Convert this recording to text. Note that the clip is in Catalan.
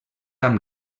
amb